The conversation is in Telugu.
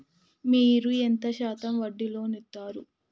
మీరు ఎంత శాతం వడ్డీ లోన్ ఇత్తరు?